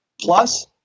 plus